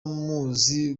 muzi